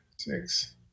Six